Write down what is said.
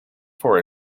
for